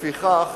לפיכך